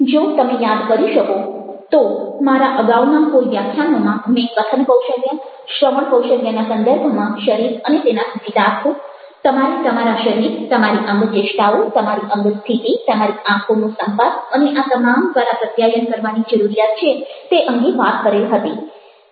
જો તમે યાદ કરી શકો તો મારા અગાઉના કોઈ વ્યાખ્યાનોમાં મેં કથન કૌશલ્ય શ્રવણ કૌશલ્યના સંદર્ભમાં શરીર અને તેના સૂચિતાર્થો તમારે તમારા શરીર તમારી અંગચેષ્ટાઓ તમારી અંગસ્થિતિ તમારી આંખોનો સંપર્ક અને આ તમામ દ્વારા પ્રત્યાયન કરવાની જરૂરિયાત છે તે અંગે વાત કરેલ હતી